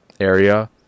area